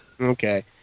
okay